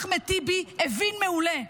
אחמד טיבי הבין מעולה,